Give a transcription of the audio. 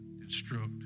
Instruct